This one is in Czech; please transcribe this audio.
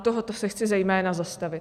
A u tohoto se chci zejména zastavit.